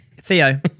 Theo